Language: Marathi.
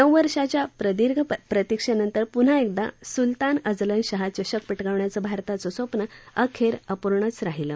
नऊ वर्षांच्या प्रदीर्घ प्रतीक्षेनंतर पुन्हा एकदा सुलतान अझलन शहा चषक पटकावण्याचं भारताचं स्वप्नं अखेर अपूर्णच राहिलं